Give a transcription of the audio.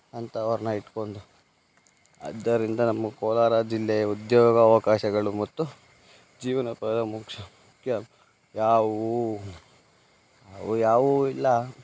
ಅಂಥವರನ್ನ ಇಟ್ಕೊಂಡು ಆದ್ದರಿಂದ ನಮ್ಮ ಕೋಲಾರ ಜಿಲ್ಲೆ ಉದ್ಯೋಗಾವಕಾಶಗಳು ಮತ್ತು ಜೀವನ ಪ ಮುಕ್ಷ್ ಮುಖ್ಯ ಯಾವುವು ಅವು ಯಾವುವೂ ಇಲ್ಲ